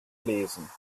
lesen